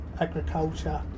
agriculture